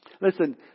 Listen